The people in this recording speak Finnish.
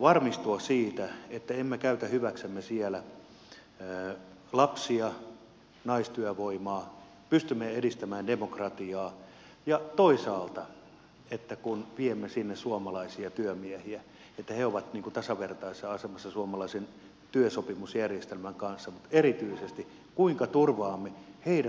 varmistua siitä että emme käytä hyväksemme siellä lapsia naistyövoimaa pystymme edistämään demokratiaa ja toisaalta kun viemme sinne suomalaisia työmiehiä että he ovat tasavertaisessa asemassa suomalaisen työsopimusjärjestelmän kanssa mutta erityisesti kuinka turvaamme heidän oikeutensa siellä